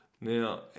Now